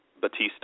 Batista